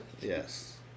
Yes